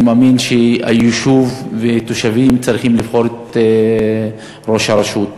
אני מאמין שהיישוב והתושבים צריכים לבחור את ראש הרשות.